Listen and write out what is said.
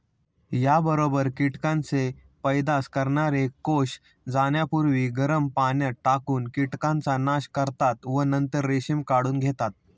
याबरोबर कीटकांचे पैदास करणारे कोष जाण्यापूर्वी गरम पाण्यात टाकून कीटकांचा नाश करतात व नंतर रेशीम काढून घेतात